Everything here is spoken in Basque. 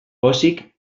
pozik